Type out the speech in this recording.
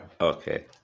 Okay